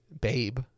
babe